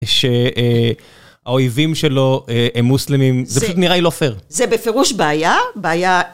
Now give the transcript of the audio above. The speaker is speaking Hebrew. שהאויבים שלו הם מוסלמים, זה פשוט נראה לי לא פייר. זה בפירוש בעיה.